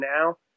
now